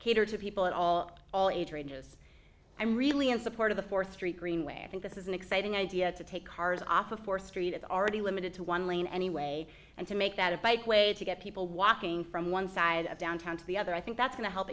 cater to people at all all age ranges i'm really in support of the fourth street greenway i think this is an exciting idea to take cars off of fourth street already limited to one lane anyway and to make that a bike way to get people walking from one side of downtown to the other i think that's going to help